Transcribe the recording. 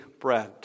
bread